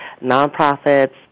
nonprofits